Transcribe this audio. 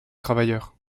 travailleurs